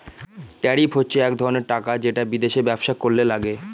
tariff হচ্ছে এক ধরনের টাকা যেটা বিদেশে ব্যবসা করলে লাগে